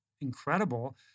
incredible